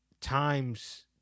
times